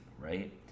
right